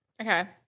Okay